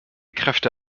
kräfte